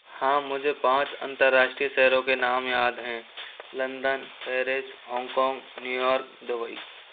हाँ मुझे पाँच अंतर्राष्ट्रीय शहरों के नाम याद हैं London Paris Hong Kong New York Dubai